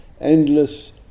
endless